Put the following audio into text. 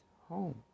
home